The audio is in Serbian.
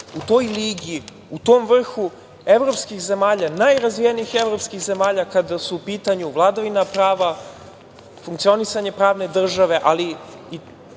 u toj ligi, u tom vrhu evropskih zemalja, najrazvijenijih evropskih zemalja kada su u pitanju vladavina prava, funkcionisanje pravne države, ali i